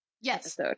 yes